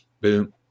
Boom